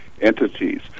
entities